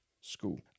school